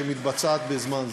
שמתבצעת בזמן זה.